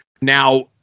Now